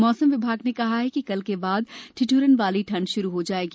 मौसम विभाग ने कहा है कि कल के बाद ठिठ्रन वाली ठंड श्रू हो जाएगी